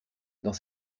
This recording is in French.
dans